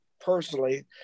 personally